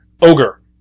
Ogre